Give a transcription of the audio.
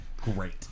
Great